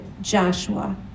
Joshua